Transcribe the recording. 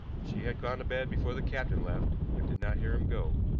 she had gone to bed before the captain left, and did not hear him go.